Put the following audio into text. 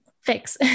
fix